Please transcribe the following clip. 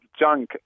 junk